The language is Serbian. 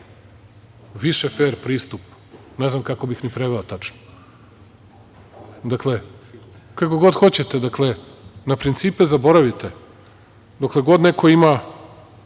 više fer pristup, ne znam ni kako bih preveo tu reč tačno. Dakle, kako god hoćete, na principe zaboravite. Dokle god neko ima